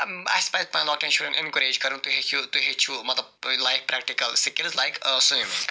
اَسہِ پَزِ پَنٕنۍ لۄکٹٮ۪ن شُرٮ۪ن ایٚنکَریج کَرُن تُہۍ ہیٚکِو تُہۍ ہیٚچھِو مَطلَب life practical skills like swimming